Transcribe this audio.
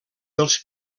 dels